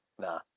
Nah